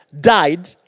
died